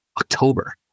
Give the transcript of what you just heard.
October